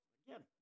again